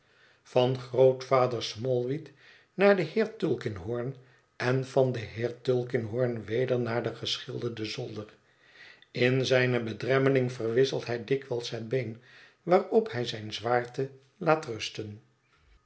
van grootvader smallweed naar den heer tulkinghorn en van den heer tulkinghorn weder naar den geschilderden zolder in zijne bedremmeling verwisselt hij dikwijls het been waarop hij zijne zwaarte laat rusten